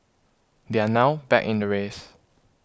they are now back in the race